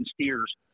steers